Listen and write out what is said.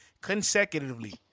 consecutively